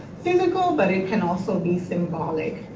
physical but it can also be symbolic.